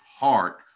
heart